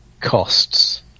costs